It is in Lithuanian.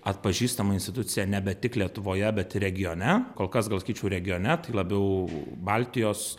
atpažįstama institucija nebe tik lietuvoje bet regione kol kas gal sakyčiau regione tai labiau baltijos